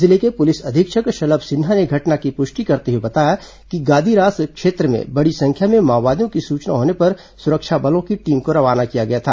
जिले के पुलिस अधीक्षक शलभ सिन्हा ने घटना की पुष्टि करते हुए बताया कि गादीरास क्षेत्र में बड़ी संख्या में माओवादियों की सूचना होने पर सुरक्षा बलों की टीम को रवाना किया गया था